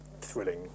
thrilling